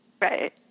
Right